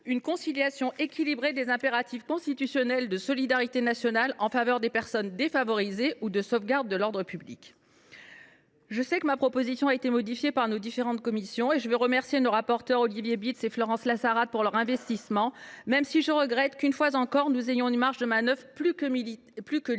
une « conciliation équilibrée » des impératifs constitutionnels de solidarité nationale en faveur des personnes défavorisées et de sauvegarde de l’ordre public. Je le sais, ma proposition initiale a été modifiée par nos différentes commissions. Je remercie nos rapporteurs Olivier Bitz et Florence Lassarade de leur investissement, même si je regrette que, une fois encore, notre marge de manœuvre soit plus que limitée,